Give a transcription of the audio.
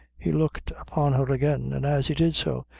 he looked upon her again and as he did so,